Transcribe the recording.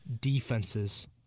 defenses